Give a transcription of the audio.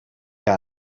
que